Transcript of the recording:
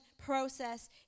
process